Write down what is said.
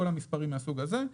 כל המספרים מהסוג הזה,